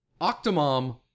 Octomom